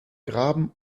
graben